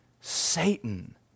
Satan